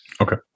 Okay